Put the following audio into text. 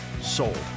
sold